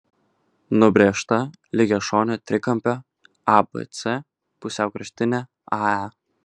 nubrėžta lygiašonio trikampio abc pusiaukraštinė ae